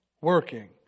working